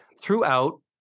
throughout